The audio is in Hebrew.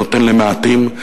נותן למעטים.